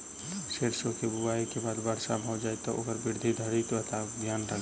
सैरसो केँ बुआई केँ बाद वर्षा भऽ जाय तऽ ओकर वृद्धि धरि की बातक ध्यान राखि?